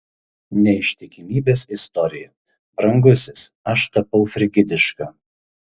neištikimybės istorija brangusis aš tapau frigidiška